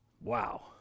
Wow